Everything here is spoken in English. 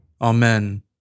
Amen